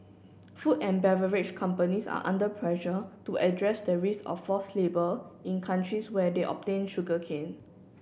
food and beverage companies are under pressure to address the risk of forced labour in countries where they obtain sugarcane